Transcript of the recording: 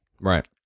Right